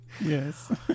Yes